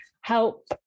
help